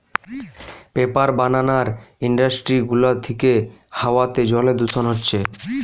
paper বানানার industry গুলা থিকে হাওয়াতে জলে দূষণ হচ্ছে